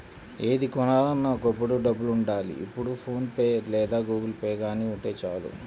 ఏది కొనాలన్నా ఒకప్పుడు డబ్బులుండాలి ఇప్పుడు ఫోన్ పే లేదా గుగుల్పే గానీ ఉంటే చాలు